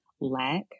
lack